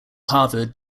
harvard